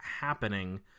happening